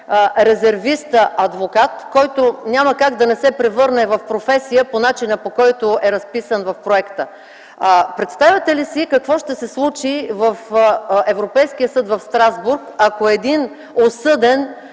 резервиста адвокат, който няма как да не се превърне в професия по начина, по който е разписан в проекта. Представяте ли си какво ще се случи в Европейския съд в Страсбург, ако един осъден